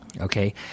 Okay